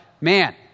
man